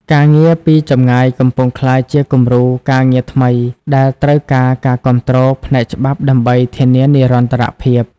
ការងារពីចម្ងាយកំពុងក្លាយជាគំរូការងារថ្មីដែលត្រូវការការគាំទ្រផ្នែកច្បាប់ដើម្បីធានានិរន្តរភាព។